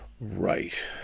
Right